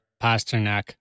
Pasternak